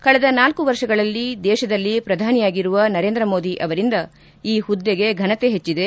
ಕಳೆದ ನಾಲ್ಲು ವರ್ಷಗಳಲ್ಲಿ ದೇಶದಲ್ಲಿ ಪ್ರಧಾನಿಯಾಗಿರುವ ನರೇಂದ್ರ ಮೋದಿ ಅವರಿಂದ ಆ ಹುದ್ಗೆಗೆ ಘನತೆ ಹೆಚ್ಚದೆ